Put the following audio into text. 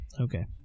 okay